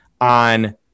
on